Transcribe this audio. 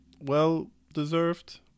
well-deserved